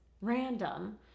random